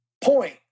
point